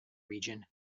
region